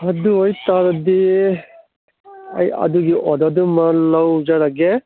ꯑꯗꯨ ꯑꯣꯏꯇꯥꯔꯗꯤ ꯑꯩ ꯑꯗꯨꯒꯤ ꯑꯣꯔꯗꯔꯗꯨꯃ ꯂꯧꯖꯔꯒꯦ